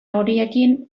horiekin